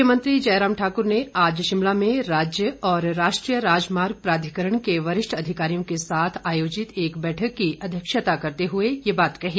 मुख्यमंत्री जयराम ठाकुर ने आज शिमला में राज्य और राष्ट्रीय राजमार्ग प्राधिकरण के वरिष्ठ अधिकारियों के साथ आयोजित एक बैठक की अध्यक्षता करते हुए ये बात कही